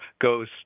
goes